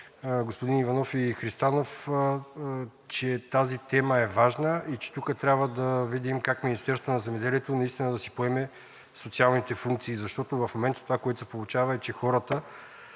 господин Иванов и господин Христанов, че тази тема е важна и че тук трябва да видим как Министерството на земеделието наистина ще си поеме социалните функции, защото в момента това, което се получава, е, че хората